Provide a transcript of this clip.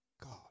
God